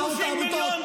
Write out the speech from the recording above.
תתביישו.